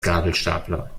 gabelstapler